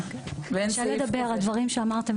קשה לדבר וקשה להישאר אדישים לאחר הדברים שאמרתם.